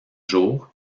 jour